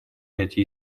эти